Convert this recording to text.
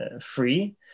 free